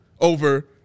over